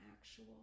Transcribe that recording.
actual